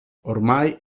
ormai